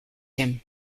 him